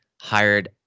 hired